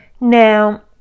Now